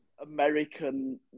American